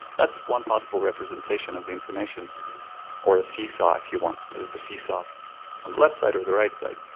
that's one possible representation of the information or a seesaw if you want, it is the seesaw on the left side or the right side?